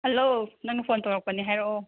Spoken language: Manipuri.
ꯍꯜꯂꯣ ꯅꯪꯅ ꯐꯣꯟ ꯇꯧꯔꯛꯄꯅꯤ ꯍꯥꯏꯔꯛꯑꯣ